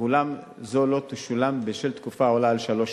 ואולם זו לא תשולם בשל תקופה העולה על שלוש שנים.